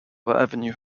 avenue